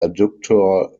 adductor